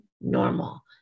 normal